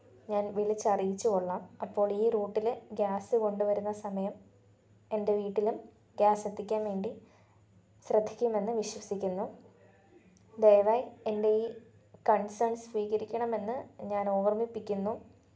ഞാന് വിളിച്ച് അറിയിച്ചുകൊള്ളാം അപ്പോൾ ഈ റൂട്ടിൽ ഗ്യാസ് കൊണ്ടുവരുന്ന സമയം എന്റെ വീട്ടിലും ഗ്യാസെത്തിക്കാന് വേണ്ടി ശ്രദ്ധിക്കുമെന്ന് വിശ്വസിക്കുന്നു ദയവായി എന്റെ ഈ കണ്സേണ്സ് സ്വീകരിക്കണമെന്ന് ഞാനോര്മ്മിപ്പിക്കുന്നു